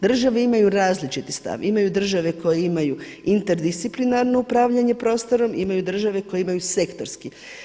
Države imaju različiti stav, imaju države koje imaju interdisciplinarno upravljanje prostorom, imaju države koje imaju sektorski.